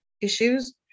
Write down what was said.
issues